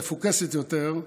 מפוקסת יותר.